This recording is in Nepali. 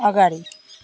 अगाडि